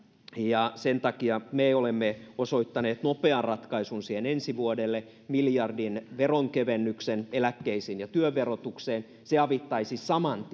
ja sen takia me olemme osoittaneet nopean ratkaisun siihen ensi vuodelle miljardin veronkevennyksen eläkkeisiin ja työverotukseen se avittaisi saman